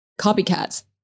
copycats